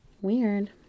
Weird